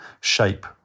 shape